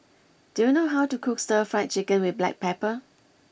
do you know how to cook Stir Fried Chicken with Black Pepper